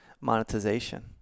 monetization